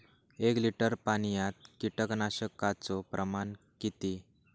एक लिटर पाणयात कीटकनाशकाचो प्रमाण किती?